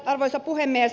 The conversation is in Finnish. arvoisa puhemies